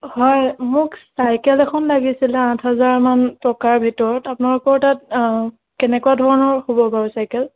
হয় মোক চাইকেল এখন লাগিছিলে আঠ হাজাৰ মান টকাৰ ভিতৰত আপোনালোকৰ তাত কেনেকুৱা ধৰণৰ হ'ব বাৰু চাইকেল